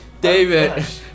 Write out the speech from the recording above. David